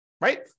right